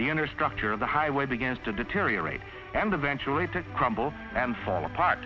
the inner structure of the highway begins to deteriorate and eventually to crumble and fall apart